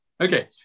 Okay